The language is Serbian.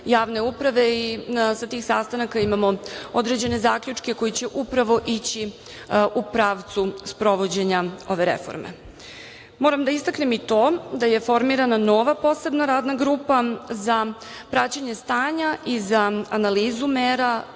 javne uprave i sa tih sastanaka imamo određene zaključke koji će upravo ići u pravcu sprovođenja ove reforme. Moram da istaknem i to da je formirana nova posebna radna grupa za praćenje stanja i za analizu mera